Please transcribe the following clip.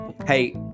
Hey